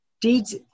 deeds